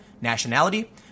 nationality